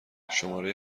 شماره